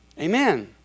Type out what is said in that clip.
Amen